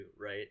right